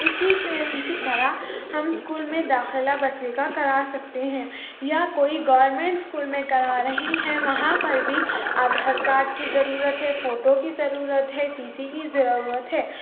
اسی اسی طرح ہم اسکول میں داخلہ بچے کا کرا سکتے ہیں یا کوئی گورنمنٹ اسکول میں کروا رہے ہیں وہاں پر بھی آدھار کارڈ کی ضرورت ہے فوٹو کی ضرورت ہے ٹی سی کی ضرورت ہے